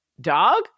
dog